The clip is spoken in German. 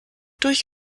durch